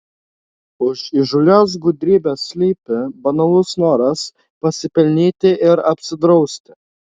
už įžūlios gudrybės slypi banalus noras pasipelnyti ir apsidrausti